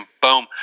Boom